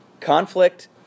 Conflict